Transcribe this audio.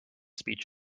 speech